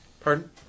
Pardon